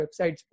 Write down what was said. websites